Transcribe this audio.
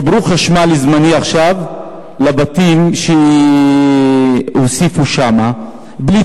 חיברו חשמל זמני לבתים שהוסיפו שם ובלי